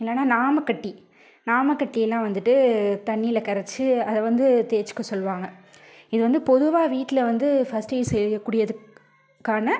இல்லைன்னா நாமக்கட்டி நாமக்கட்டியில் வந்துட்டு தண்ணியில் கரைத்து அதை வந்து தேய்ச்சிக்க சொல்லுவாங்க இது வந்து பொதுவாக வீட்டில் வந்து ஃபஸ்ட் எய்ட் செய்யக்கூடியதுக்கான